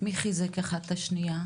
ומי חיזק אחד את השנייה?